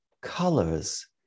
colors